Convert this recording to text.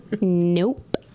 Nope